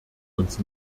uns